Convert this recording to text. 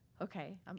okay